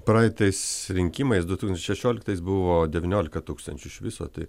praeitais rinkimais du tūkstančiai šešioliktais buvo devyniolika tūkstančių iš viso tai